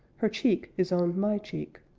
her cheek is on my cheek.